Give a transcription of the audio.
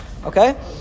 Okay